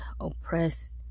oppressed